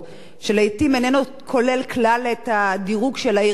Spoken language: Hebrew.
שלעתים איננו כולל כלל את הדירוג של העיר עצמה,